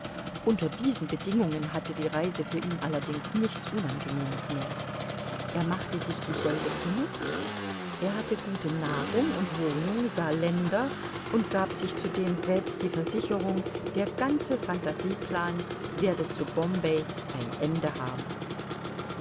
unter diesen bedingungen hatte die reise für ihn allerdings nichts unangenehmes mehr er machte sich dieselbe zunutze er hatte gute nahrung und wohnung sah länder und gab sich zudem selbst die versicherung der ganze phantasieplan werde zu bombay ein ende haben